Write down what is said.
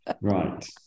Right